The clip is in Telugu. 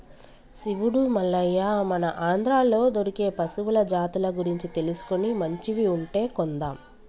శివుడు మల్లయ్య మన ఆంధ్రాలో దొరికే పశువుల జాతుల గురించి తెలుసుకొని మంచివి ఉంటే కొందాం